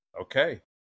Okay